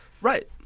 Right